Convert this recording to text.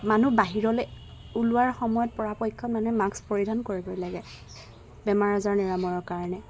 মানুহ বাহিৰলৈ ওলোৱাৰ সময়ত পৰাপক্ষত মানুহে মাস্ক পৰিধান কৰিবই লাগে বেমাৰ আজাৰ নিৰাময়ৰ কাৰণে